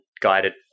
guided